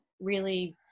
really-